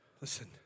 Listen